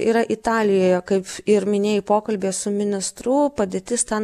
yra italijoje kaip ir minėjai pokalbyje su ministru padėtis ten